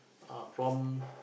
ah from